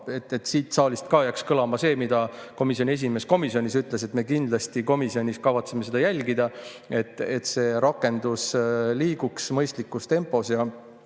et siit saalist ka jääks kõlama see, mida komisjoni esimees komisjonis ütles: me kindlasti komisjonis kavatseme seda jälgida, et see rakendus liiguks mõistlikus tempos ja